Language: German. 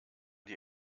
die